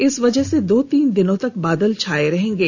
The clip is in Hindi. इस वजह से दो तीन दिनों तक बादल छाए रहेंगे